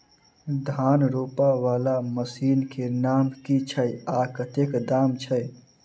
धान रोपा वला मशीन केँ नाम की छैय आ कतेक दाम छैय?